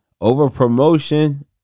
over-promotion